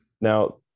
Now